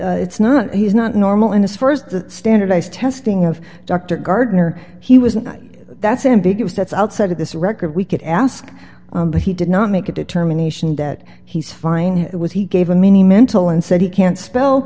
and it's not he's not normal in his st standardized testing of dr gardner he was not that's ambiguous that's outside of this record we could ask but he did not make a determination that he's fine was he gave a mini mental and said he can't spell